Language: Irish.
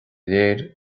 léir